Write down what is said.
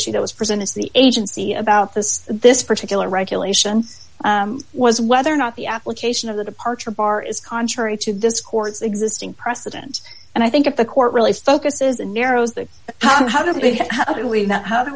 issue that was presented to the agency about this this particular regulation was whether or not the application of the departure bar is contrary to this court's existing precedent and i think if the court really focuses and narrows the how big how do we not how do